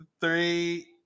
Three